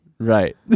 Right